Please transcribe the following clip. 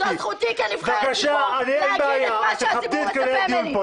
זו זכותי כנבחרת ציבור להגיד את מה שהציבור מצפה ממני.